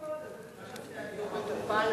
גם נושא הדיור מטופל.